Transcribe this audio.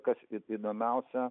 kas įdomiausia